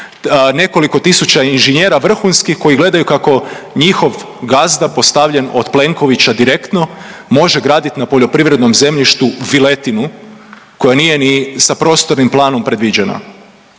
nekoliko tisuća inženjera vrhunskih koji gledaju kako njihov gazda postavljen od Plenkovića direktno može graditi na poljoprivrednom zemljištu viletinu koja nije ni sa prostornim planom predviđena.